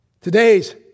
Today's